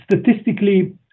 statistically